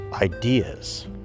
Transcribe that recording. Ideas